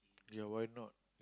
yeah why not